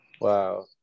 Wow